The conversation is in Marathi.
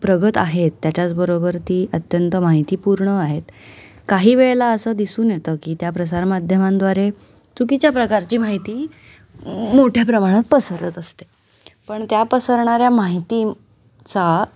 प्रगत आहेत त्याच्याचबरोबर ती अत्यंत माहितीपूर्ण आहेत काही वेळेला असं दिसून येतं की त्या प्रसारमाध्यमांद्वारे चुकीच्या प्रकारची माहिती मोठ्या प्रमाणात पसरत असते पण त्या पसरणाऱ्या माहितीचा